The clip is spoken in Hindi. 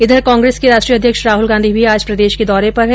उधर कांग्रेस के राष्ट्रीय अध्यक्ष राहुल गांधी भी आज प्रदेश के दौरे पर है